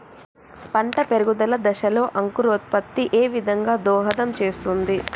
పంట పెరుగుదల దశలో అంకురోత్ఫత్తి ఏ విధంగా దోహదం చేస్తుంది?